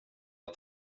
att